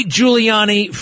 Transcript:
Giuliani